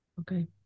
Okay